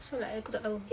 so like aku tak tahu